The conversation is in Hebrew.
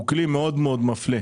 שהוא כלי מאוד מפלה,